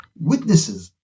witnesses